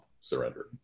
Surrender